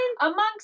Amongst